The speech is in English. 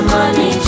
Money